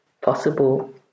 possible